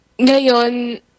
Ngayon